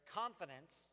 confidence